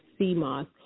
CMOS